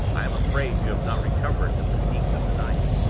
i am afraid you have not recovered the fatigues of the night.